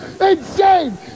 insane